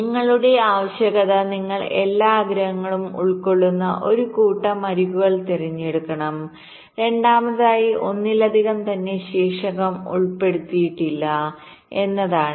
നിങ്ങളുടെ ആദ്യ ആവശ്യകത നിങ്ങൾ എല്ലാ അഗ്രങ്ങളും ഉൾക്കൊള്ളുന്ന ഒരു കൂട്ടം അരികുകൾ തിരഞ്ഞെടുക്കണം രണ്ടാമതായി ഒന്നിലധികം തവണ ശീർഷകം ഉൾപ്പെടുത്തിയിട്ടില്ല എന്നതാണ്